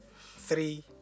three